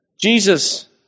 Jesus